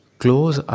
close